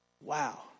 Wow